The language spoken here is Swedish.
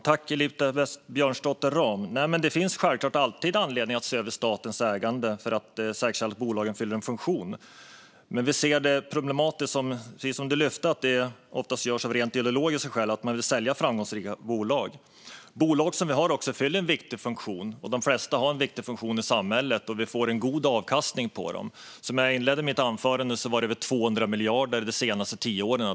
Herr talman! Det finns självklart alltid anledning att se över statens ägande för att säkerställa att bolagen fyller en funktion. Men vi ser det som problematiskt, precis som Elisabeth Björnsdotter Rahm lyfte, att man oftast vill sälja framgångsrika bolag av rent ideologiska skäl. Bolag som vi har fyller en viktig funktion. De flesta har en viktig funktion i samhället, och vi får en god avkastning från dem. Som jag inledde mitt anförande med är det 200 miljarder de senaste tio åren.